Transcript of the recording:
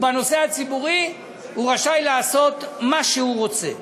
ובנושא הציבורי הוא רשאי לעשות מה שהוא רוצה.